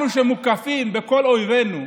אנחנו, שמוקפים בכל אויבינו,